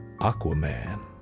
Aquaman